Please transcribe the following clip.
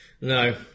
No